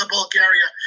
Bulgaria